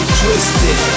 twisted